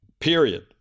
period